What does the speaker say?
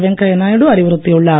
வெங்கையா நாயுடு அறிவுறுத்தியுள்ளார்